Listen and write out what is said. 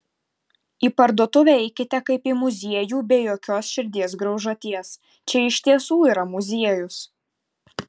į parduotuvę eikite kaip į muziejų be jokios širdies graužaties čia iš tiesų yra muziejus